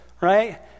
right